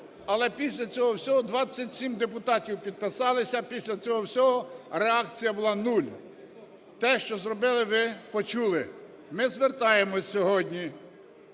Але після цього всього (27 депутатів підписалися), після цього всього реакція була нуль. Те, що зробили, ви почули. Ми звертаємось сьогодні